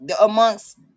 amongst